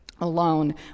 alone